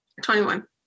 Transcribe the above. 21